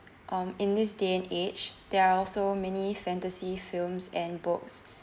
um in this day and age there are also many fantasy films and books